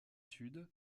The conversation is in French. sud